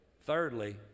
Thirdly